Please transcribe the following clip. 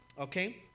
Okay